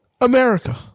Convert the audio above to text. America